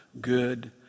good